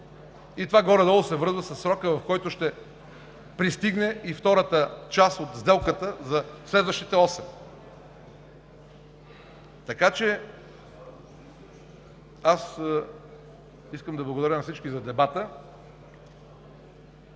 и това горе-долу се връзва със срока, в който ще пристигне и втората част от сделката за следващите осем. Искам да благодаря на всички за дебата.